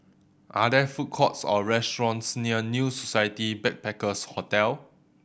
are there food courts or restaurants near New Society Backpackers' Hotel